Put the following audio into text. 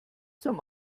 zum